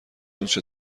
اونچه